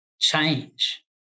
change